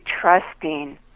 trusting